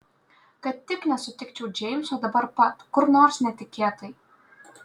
kad tik nesusitikčiau džeimso dabar pat kur nors netikėtai